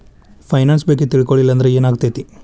Finance ಬಗ್ಗೆ ತಿಳ್ಕೊಳಿಲ್ಲಂದ್ರ ಏನಾಗ್ತೆತಿ?